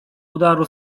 udaru